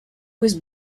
was